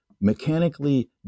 mechanically